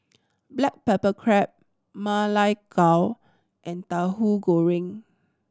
black pepper crab Ma Lai Gao and Tauhu Goreng